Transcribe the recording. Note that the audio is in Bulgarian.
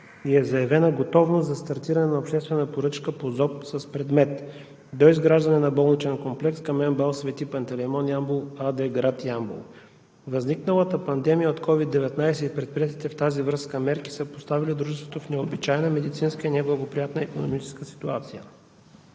и е заявена готовност за стартиране на обществена поръчка по ЗОП с предмет „Доизграждане на болничен комплекс към МБАЛ „Свети Пантелеймон“ – Ямбол“ АД, град Ямбол“. Възникналата пандемия от COVID-19 и предприетите в тази връзка мерки са поставили дружеството в необичайна медицинска и неблагоприятна икономическа ситуация.